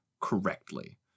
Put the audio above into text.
correctly